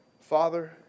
Father